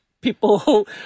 people